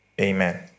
Amen